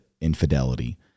infidelity